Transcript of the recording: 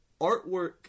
artwork